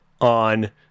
on